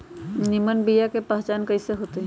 निमन बीया के पहचान कईसे होतई?